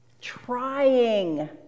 trying